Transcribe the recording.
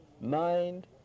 mind